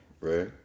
right